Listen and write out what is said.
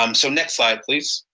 um so next slide please.